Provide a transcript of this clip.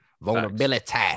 vulnerability